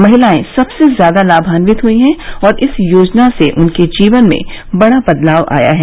महिलाएं सबसे ज्यादा लाभान्वित हई है और इस योजना से उनके जीवन में बड़ा बदलाव आया है